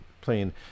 playing